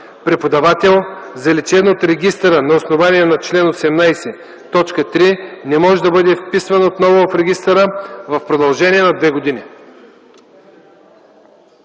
Преподавател, заличен от регистъра на основание чл. 18, т. 3, не може да бъде вписан отново в регистъра в продължение на две години.”